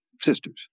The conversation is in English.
sisters